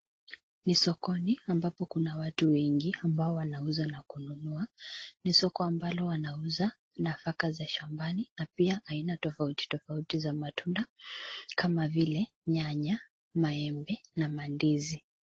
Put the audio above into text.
Ni sokoni ambapo kuna watu wengi ambao wanauza na kununua. Ni soko ambalo wanauza nafaka za shambani na pia aina tofauti tofauti za matunda kama vile nyanya, maembe na mandizi.